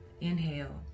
Inhale